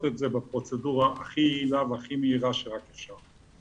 את זה בפרוצדורה הכי מהירה והכי יעילה שרק אפשר.